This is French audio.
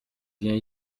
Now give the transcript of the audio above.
viens